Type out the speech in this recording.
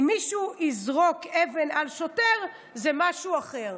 אם מישהו יזרוק אבן על שוטר, זה משהו אחר".